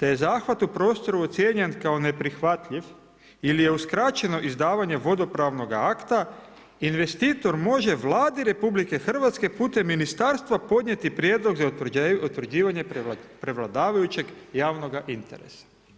te je zahvat u prostoru ocijenjen kao neprihvatljiv ili je uskraćeno izdavanje vodopravnoga akta investitor može Vladi RH putem ministarstva podnijeti prijedlog za utvrđivanje prevladavajućeg javnoga interesa.